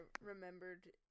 remembered